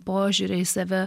požiūrio į save